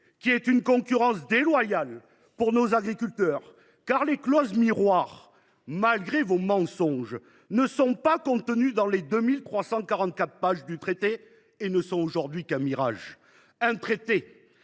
qui instaure une concurrence déloyale pour nos agriculteurs, car les clauses miroirs, malgré vos mensonges, ne figurent pas dans les 2 344 pages du traité et ne sont aujourd’hui qu’un mirage. C’est un traité